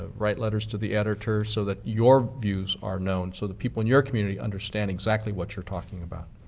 ah write letters to the editor, so that your views are known so the people in your community understand exactly what you're talking about.